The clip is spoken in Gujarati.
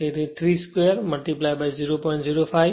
તેથી 3 2 0